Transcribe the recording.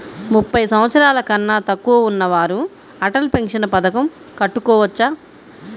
ముప్పై సంవత్సరాలకన్నా తక్కువ ఉన్నవారు అటల్ పెన్షన్ పథకం కట్టుకోవచ్చా?